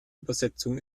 übersetzung